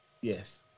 Yes